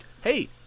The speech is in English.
Hey